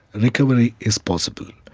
recovery is possible.